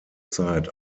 zeit